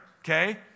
okay